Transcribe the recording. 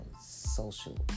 social